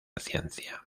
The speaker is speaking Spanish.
ciencia